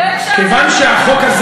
ולא הקשבת,